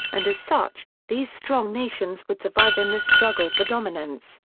and as such, these strong nations would survive in the struggle for dominance.